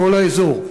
בכל האזור.